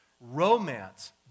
Romance